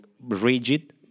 rigid